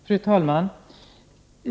Fru talman!